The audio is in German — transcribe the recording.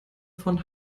von